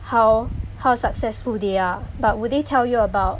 how how successful they are but would they tell you about